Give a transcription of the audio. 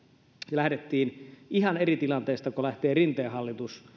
lähdettiin ihan eri tilanteesta kuin lähtee rinteen hallitus